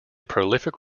prolific